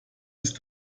ist